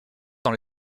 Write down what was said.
dans